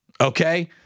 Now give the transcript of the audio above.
Okay